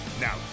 Now